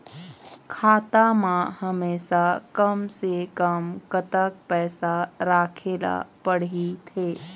खाता मा हमेशा कम से कम कतक पैसा राखेला पड़ही थे?